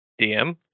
DM